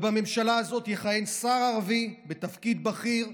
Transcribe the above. בממשלה הזאת יכהן שר ערבי בתפקיד בכיר,